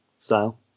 style